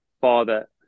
father